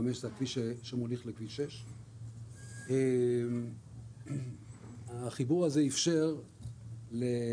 שמוליך לכביש 6. החיבור הזה אפשר לרכב שנמצא,